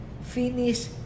finish